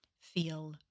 feel